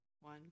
one